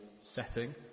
setting